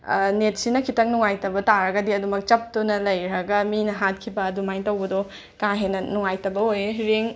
ꯅꯦꯠꯁꯤꯅ ꯈꯤꯇꯪ ꯅꯨꯡꯉꯥꯏꯇꯕ ꯇꯥꯔꯒꯗꯤ ꯑꯗꯨꯃꯛ ꯆꯞꯇꯨꯅ ꯂꯩꯔꯒ ꯃꯤꯅ ꯍꯥꯠꯈꯤꯕ ꯑꯗꯨꯃꯥꯏꯅ ꯇꯩꯕꯗꯣ ꯀꯥ ꯍꯦꯟꯅ ꯅꯨꯡꯉꯥꯏꯇꯕ ꯑꯣꯏꯌꯦ ꯔꯦꯡ